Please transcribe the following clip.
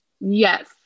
yes